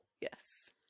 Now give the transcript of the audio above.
Yes